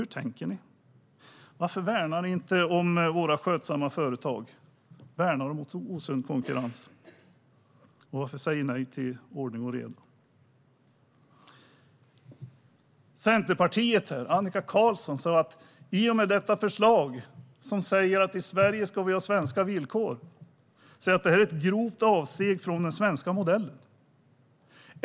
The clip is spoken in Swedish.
Hur tänker ni? Varför värnar ni inte våra skötsamma företag mot osund konkurrens? Varför säger ni nej till ordning och reda? Centerpartiets Annika Qarlsson säger att förslaget om att det i Sverige ska vara svenska villkor är ett grovt avsteg från den svenska modellen.